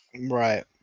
Right